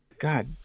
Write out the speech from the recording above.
God